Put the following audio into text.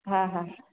हा हा